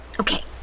Okay